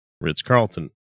Ritz-Carlton